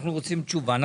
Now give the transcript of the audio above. אנחנו רוצים תשובה.